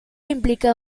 implica